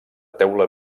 teula